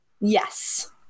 Yes